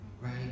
right